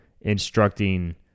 instructing